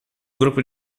grupo